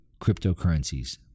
cryptocurrencies